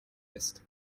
west